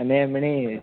અને એમ નહીં